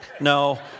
No